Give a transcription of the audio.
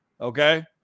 Okay